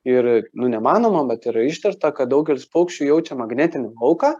ir nu nemanoma bet yra ištirta kad daugelis paukščių jaučia magnetinį lauką